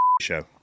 show